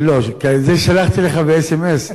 לא, זה שלחתי לך באס.אם.אס.